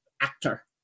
actor